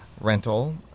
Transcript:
rental